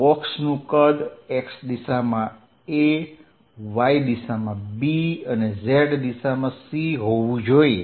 બોક્સનું કદ x દિશામાં a y દિશામાં b અને z દિશામાં c હોવું જોઈએ